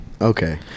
Okay